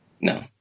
No